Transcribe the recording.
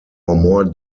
more